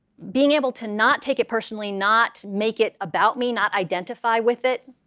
being able to not take it personally, not make it about me, not identify with it,